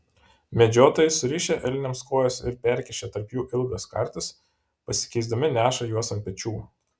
medžiotojai surišę elniams kojas ir perkišę tarp jų ilgas kartis pasikeisdami neša juos ant pečių